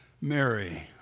Mary